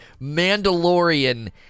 Mandalorian